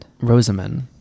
Rosamund